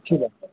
اچھی بات ہے